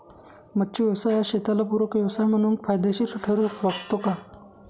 मच्छी व्यवसाय हा शेताला पूरक व्यवसाय म्हणून फायदेशीर ठरु शकतो का?